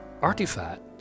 artifact